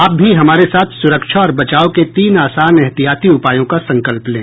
आप भी हमारे साथ सुरक्षा और बचाव के तीन आसान एहतियाती उपायों का संकल्प लें